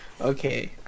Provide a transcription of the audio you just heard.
Okay